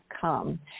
come